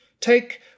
Take